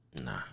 Nah